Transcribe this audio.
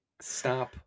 stop